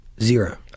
zero